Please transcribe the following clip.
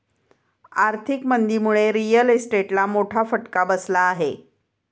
आर्थिक मंदीमुळे रिअल इस्टेटला मोठा फटका बसला आहे